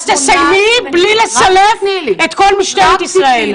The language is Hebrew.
אז תסיימי בלי לסלף את כל משטרת ישראל.